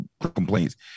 complaints